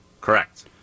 Correct